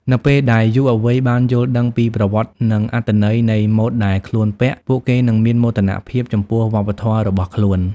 នៅពេលដែលយុវវ័យបានយល់ដឹងពីប្រវត្តិនិងអត្ថន័យនៃម៉ូដដែលខ្លួនពាក់ ពួកគេនឹងមានមោទនភាពចំពោះវប្បធម៌របស់ខ្លួន។